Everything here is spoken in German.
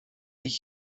ich